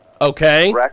Okay